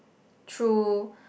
true